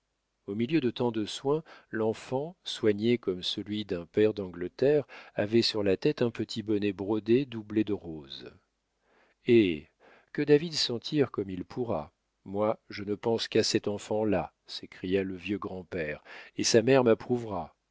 au milieu de tant de soins l'enfant soigné comme celui d'un pair d'angleterre avait sur la tête un petit bonnet brodé doublé de rose eh que david s'en tire comme il pourra moi je ne pense qu'à cet enfant-là s'écria le vieux grand-père et sa mère m'approuvera